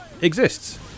exists